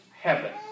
heaven